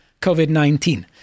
COVID-19